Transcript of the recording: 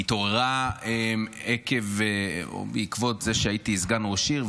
היא התעוררה בעקבות זה שהייתי סגן ראש עיר,